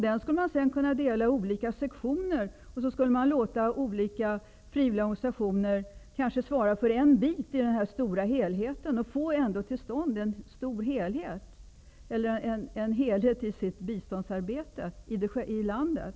Den skulle sedan kunna delas i olika sektioner, och så skulle man låta olika frivilliga organisationer svara för en bit i den stora helheten så att man på så sätt ändå kunde få till stånd en helhet i biståndsarbetet i mottagarlandet.